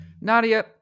Nadia